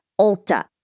Ulta